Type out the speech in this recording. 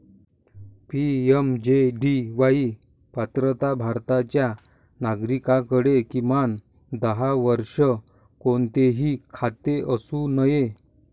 PMJDY पात्रता भारताच्या नागरिकाकडे, किमान दहा वर्षे, कोणतेही खाते असू नये